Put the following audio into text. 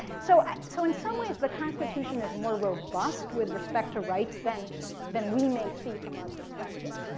so so in some ways the constitution is more robust with respect to rights than than we may see from our perspective.